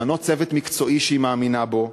למנות צוות מקצועי שהיא מאמינה בו,